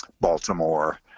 Baltimore